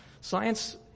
Science